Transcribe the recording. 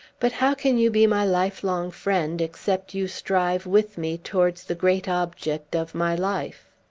but how can you be my life-long friend, except you strive with me towards the great object of my life?